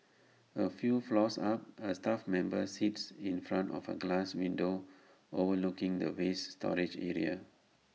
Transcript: A few floors up A staff member sits in front of A glass window overlooking the waste storage area